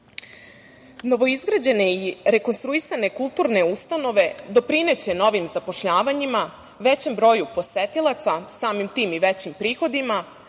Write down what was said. vrednost. Novoizgrađene i rekonstruisane kulturne ustanove doprineće novim zapošljavanjima, većem broju posetilaca, samim tim i većim prihodima,